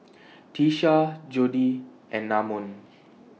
Tiesha Jodi and Namon